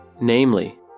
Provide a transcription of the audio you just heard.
Namely